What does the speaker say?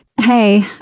Hey